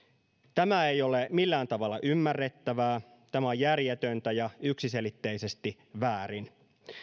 tämä ei ole millään tavalla ymmärrettävää tämä on järjetöntä ja yksiselitteisesti väärin